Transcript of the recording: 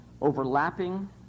overlapping